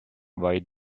why